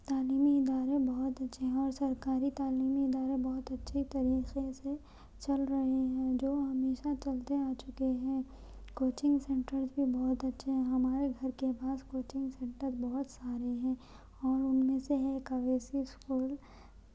تعلیمی ادارے بہت اچھے ہیں اور سرکاری تعلیمی ادارے بہت اچھی طریقے سے چل رہے ہیں جو ہمیشہ چلتے آ چکے ہیں کوچنگ سینٹرز بھی بہت اچھے ہیں ہمارے گھر کے پاس کوچنگ سینٹر بہت سارے ہیں اور ان میں سے ہے ایک اویسی اسکول